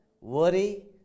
worry